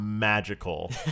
Magical